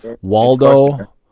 Waldo